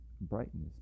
brightness